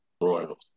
Royals